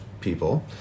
people